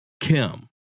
Kim